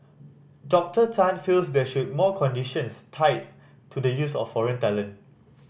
Doctor Tan feels there should more conditions tied to the use of foreign talent